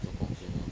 ah 做工先 lor